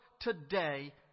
today